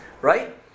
right